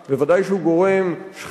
בוודאי שהוא גורם לעובדות פגיעה,